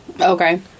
Okay